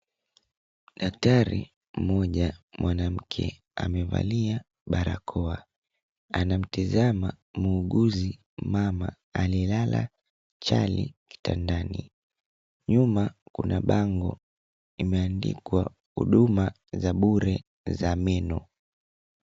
Daktari mmoja mwanamke, amevalia barakoa. Anamtizama muuguzi mama aliyelala chali kitandani. Nyuma, kuna bango limeandikwa huduma za bure za meno.